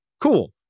Cool